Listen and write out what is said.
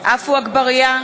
עפו אגבאריה,